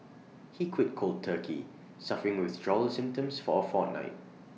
he quit cold turkey suffering withdrawal symptoms for A fortnight